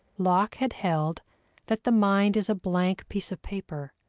locke had held that the mind is a blank piece of paper,